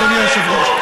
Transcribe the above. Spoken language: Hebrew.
אדוני היושב-ראש.